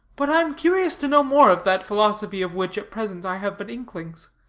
but i am curious to know more of that philosophy of which, at present, i have but inklings.